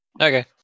Okay